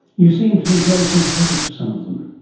you seem to be fairly sympathetic to some of them.